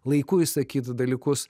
laiku išsakyti dalykus